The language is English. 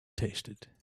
tasted